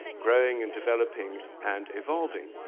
growing and developing and evolving,